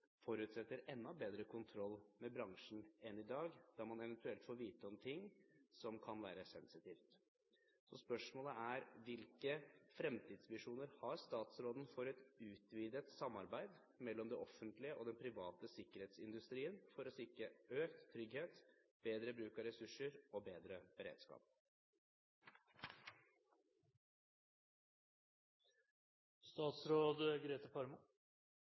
forutsetter enda bedre kontroll med den enn man har i dag – der man eventuelt får vite om ting som kan være sensitive. Så spørsmålet er: Hvilke fremtidsvisjoner har statsråden for et utvidet samarbeid mellom det offentlige og den private sikkerhetsindustrien for å sikre økt trygghet, bedre bruk av ressurser og bedre beredskap?